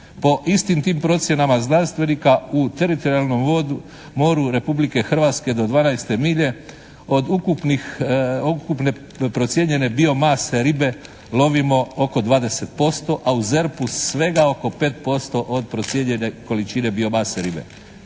Po istim tim procjenama znanstvenika u teritorijalnom moru Republike Hrvatske do 12 milje od ukupnih, ukupne procijenjene bio mase ribe lovimo oko 20% a u ZERP-u svega oko 5% od procijenjene količine bio mase ribe.